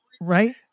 right